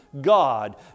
God